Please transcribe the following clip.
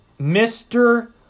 Mr